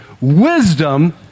Wisdom